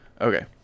Okay